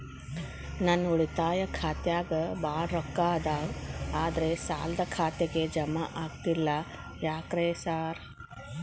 ನನ್ ಉಳಿತಾಯ ಖಾತ್ಯಾಗ ಬಾಳ್ ರೊಕ್ಕಾ ಅದಾವ ಆದ್ರೆ ಸಾಲ್ದ ಖಾತೆಗೆ ಜಮಾ ಆಗ್ತಿಲ್ಲ ಯಾಕ್ರೇ ಸಾರ್?